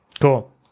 Cool